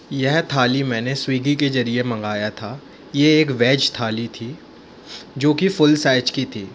यह थाली मैंने स्वीगी के जरिए मँगाया था ये एक वेज थाली थी जो कि फुल साइज़ की थी